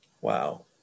Wow